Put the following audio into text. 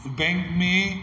bank में